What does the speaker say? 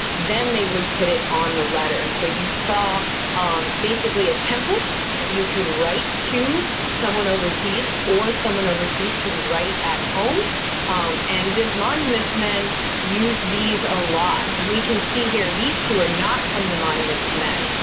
then they would put it on the letter. and so you saw basically a template you could write to someone overseas or someone overseas could write at home and the monuments man used these a lot. and we can see here these two were not from the monuments man,